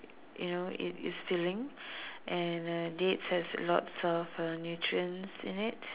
you know it is filling and uh dates has lots of uh nutrients in it